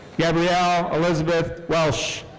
gabrielle elizabeth welsh.